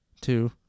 Two